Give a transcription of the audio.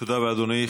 תודה רבה, אדוני.